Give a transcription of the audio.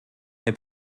herr